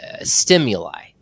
stimuli